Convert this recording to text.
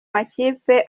makipe